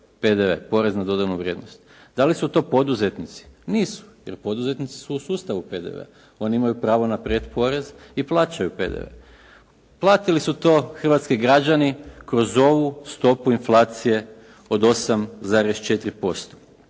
PDV, porez na dodanu vrijednost? Da li su to poduzetnici? Nisu, jer poduzetnici su u sustavu PDV-a. Oni imaju pravo na pretporez i plaćaju PDV. Platili su to hrvatski građani kroz ovu stopu inflacije od 8,4%.